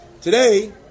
Today